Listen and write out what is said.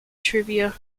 trivia